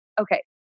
okay